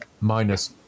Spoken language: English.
minus